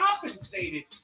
compensated